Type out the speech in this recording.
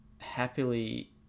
happily